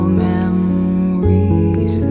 memories